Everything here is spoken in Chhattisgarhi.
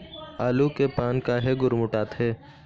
आलू के पान काहे गुरमुटाथे?